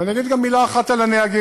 ואני אגיד גם מילה אחת על הנהגים.